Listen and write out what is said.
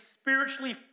spiritually